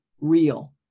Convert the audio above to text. real